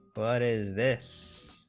but is this